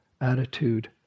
attitude